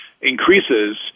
increases